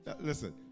listen